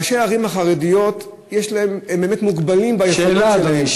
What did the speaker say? ראשי הערים החרדיות באמת מוגבלים ביכולת שלהם,